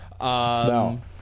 No